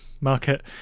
market